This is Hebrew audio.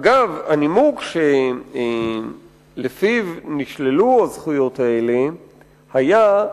אגב, הנימוק שלפיו נשללו הזכויות האלה היה,